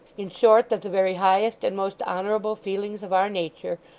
in short, that the very highest and most honourable feelings of our nature,